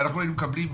אנחנו היינו מקבלים,